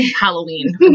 Halloween